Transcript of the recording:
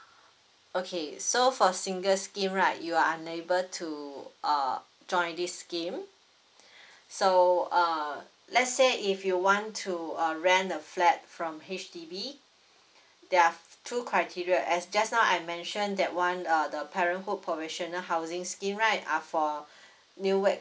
okay so for single scheme right you are unable to uh join this scheme so uh let's say if you want to uh rent a flat from H_D_B there're two criteria as just now I mentioned that [one] uh the parenthood provisional housing scheme right are for new wed